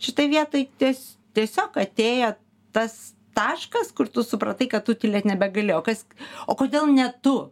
šitoj vietoj ties tiesiog atėjo tas taškas kur tu supratai kad tu tylėt nebegali o kas o kodėl ne tu